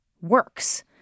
works